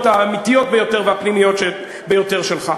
האמיתיות ביותר והפנימיות ביותר שלך,